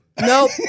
Nope